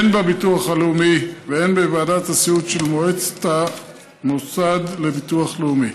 הן בביטוח הלאומי והן בוועדת הסיעוד של מועצת המוסד לביטוח לאומי.